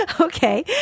Okay